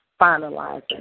finalizing